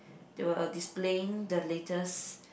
they were displaying the latest